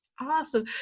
Awesome